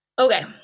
Okay